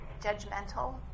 Judgmental